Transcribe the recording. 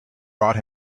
brought